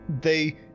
they-